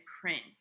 print